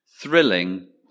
thrilling